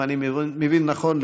אם אני מבין נכון,